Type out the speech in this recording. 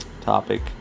topic